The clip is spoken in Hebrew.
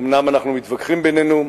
אומנם אנחנו מתווכחים בינינו,